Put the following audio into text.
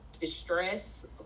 distress